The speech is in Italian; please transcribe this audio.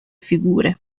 figure